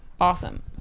Awesome